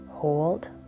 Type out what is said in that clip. Hold